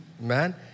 man